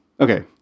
Okay